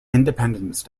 independence